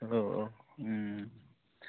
औ औ